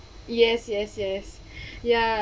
yes yes yes ya~